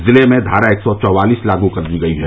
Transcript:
जिले में धारा एक सौ चौवालिस लागू कर दी गयी है